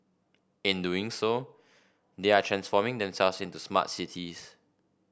in doing so they are transforming themselves into smart cities